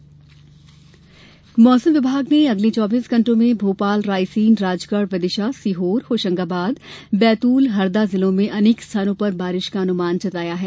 मौसम मौसम विभाग ने अगले चौबीस घण्टों में भोपाल रायसेन राजगढ़ विदिशा सीहोर होशंगाबाद बैतूल और हरदा जिलों में अनेक स्थानों पर बारिश का अनुमान जताया है